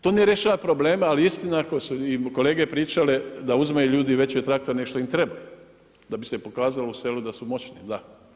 To ne rješava probleme ali istina ako su i kolege pričale da uzimaju ljudi veće traktore nego što im treba, da bi se pokazalo u selu da su moćni, da.